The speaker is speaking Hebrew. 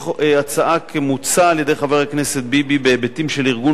הצעה כמוצע על-ידי חבר הכנסת ביבי בהיבטים של ארגון